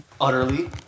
utterly